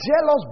jealous